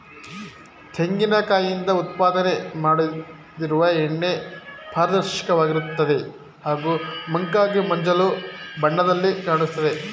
ತೆಂಗಿನ ಕಾಯಿಂದ ಉತ್ಪಾದನೆ ಮಾಡದಿರುವ ಎಣ್ಣೆ ಪಾರದರ್ಶಕವಾಗಿರ್ತದೆ ಹಾಗೂ ಮಂಕಾಗಿ ಮಂಜಲು ಬಣ್ಣದಲ್ಲಿ ಕಾಣಿಸ್ತದೆ